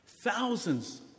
Thousands